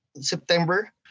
September